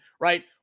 right